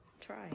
try